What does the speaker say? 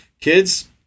kids